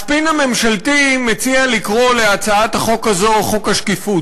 הספין הממשלתי מציע לקרוא להצעת החוק הזאת "חוק השקיפות".